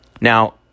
Now